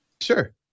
Sure